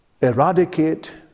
eradicate